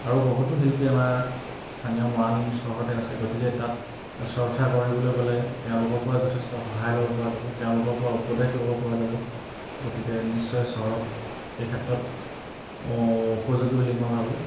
আৰু বহুতো শিল্পী আমাৰ স্থানীয় মৰাণ চহৰতে আছে গতিকে তাত চৰ্চা কৰিবলৈ গ'লে তেওঁলোকৰ পৰা যথেষ্ট সহায় ল'ব পৰা যাব তেওঁলোকৰ পৰা উপদেশ ল'ব পৰা যাব গতিকে নিশ্চয় চহৰত এই ক্ষেত্ৰত এ উপযোগী বুলি মই ভাবোঁ